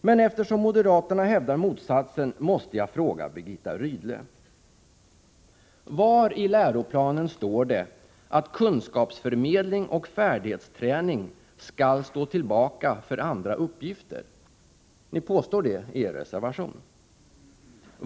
Men eftersom moderaterna hävdar motsatsen måste jag fråga Birgitta Rydle: Var i läroplanen står det att kunskapsförmedling och färdighetsträning skall stå tillbaka för andra uppgifter? Ni påstår det i er reservation.